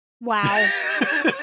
Wow